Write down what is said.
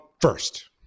first